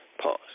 Pause